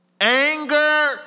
anger